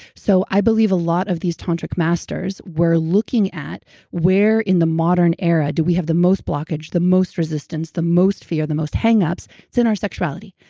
so i believe a lot of these tantric masters were looking at where in the modern era do we have the most blockage, the most resistance, the most fear, the most hang ups? it's in our sexuality.